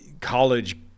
college